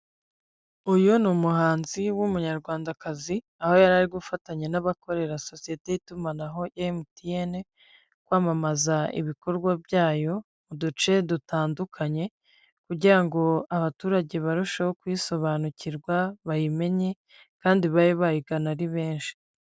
Uyu n'umuhanzi w'Umunyarwandakazi, aho yari gufatanya n'abakorera sosiyete y'itumanaho MTN, kwamamaza ibikorwa byayo muduce dutandukanye kugira ngo abaturage barusheho kuyisobanukirwa bayimenye kandi babe bayigana ari benshi.